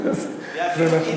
כאשר.